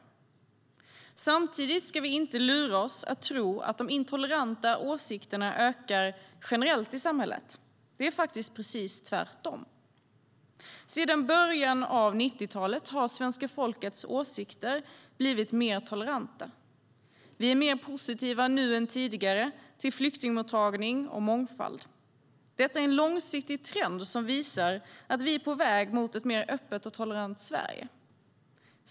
Samtidigt ska vi inte lura oss att tro att de intoleranta åsikterna ökar generellt i samhället. Det är faktiskt precis tvärtom. Sedan början av 90-talet har svenska folkets åsikter blivit mer toleranta. Vi är mer positiva nu än tidigare till flyktingmottagning och mångfald. Detta är en långsiktig trend som visar att vi är på väg mot ett mer öppet och tolerant Sverige.